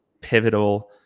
pivotal